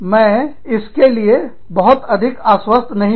मैं इसके लिए बहुत अधिक आश्वस्त नहीं हूं